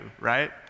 right